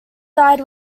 died